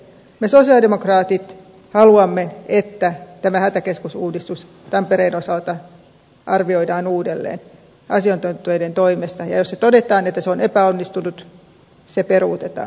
me sosialidemokraatit haluamme että tämä hätäkeskusuudistus tampereen osalta arvioidaan uudelleen asiantuntijoiden toimesta ja jos todetaan että se on epäonnistunut se peruutetaan